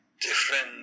different